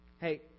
Hey